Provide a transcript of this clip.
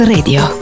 Radio